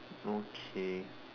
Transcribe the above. okay